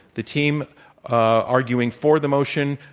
the team arguing for the motion,